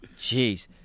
Jeez